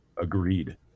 agreed